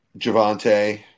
Javante